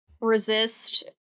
resist